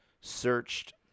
searched